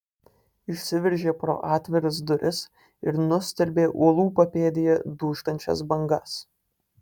išsiveržė pro atviras duris ir nustelbė uolų papėdėje dūžtančias bangas